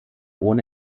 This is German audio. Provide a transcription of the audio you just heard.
ohne